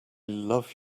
love